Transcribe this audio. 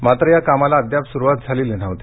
मात्र या कामाला अद्याप सुरवात झालेली नव्हती